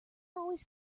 always